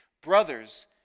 Brothers